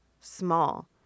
small